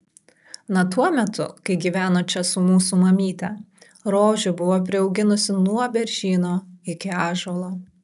na tuo metu kai gyveno čia su mūsų mamyte rožių buvo priauginusi nuo beržyno iki ąžuolo